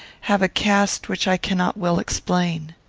have a cast which i cannot well explain.